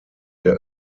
der